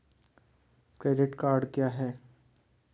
Credit card क्या है?